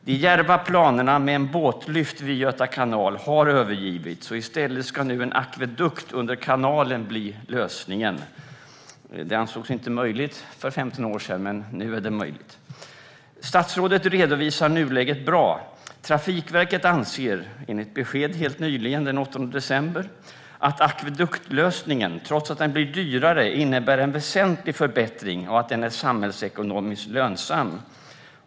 De djärva planerna med en båtlyft vid Göta kanal har övergivits och i stället ska nu en akvedukt under kanalen bli lösningen. Det ansågs inte möjligt för 15 år sedan, men nu är det möjligt. Statsrådet redovisade nuläget bra; Trafikverket anser, enligt besked helt nyligen den 8 december, att akveduktlösningen, trots att den blir dyrare, innebär en väsentlig förbättring och att den är samhällsekonomiskt lönsam.